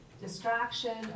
distraction